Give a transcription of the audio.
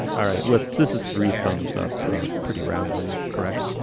all right. with this is three thumbs up pretty roundly, correct?